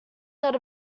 had